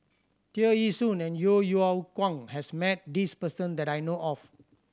Tear Ee Soon and Yeo Yeow Kwang has met this person that I know of